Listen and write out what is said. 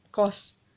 course